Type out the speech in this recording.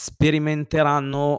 Sperimenteranno